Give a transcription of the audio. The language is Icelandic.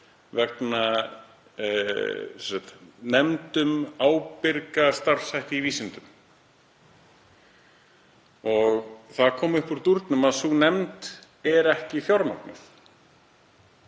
um nefnd um ábyrga starfshætti í vísindum. Það kom upp úr dúrnum að sú nefnd er ekki fjármögnuð.